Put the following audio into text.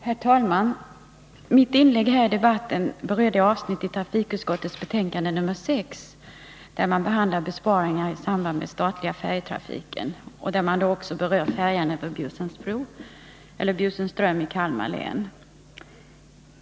Herr talman! Mitt inlägg här i debatten berör det avsnitt i trafikutskottets betänkande nr 6 som behandlar besparingar i samband med den statliga färjetrafiken. Där berörs också färjan över Bjursundsström i Kalmar län.